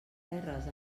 terres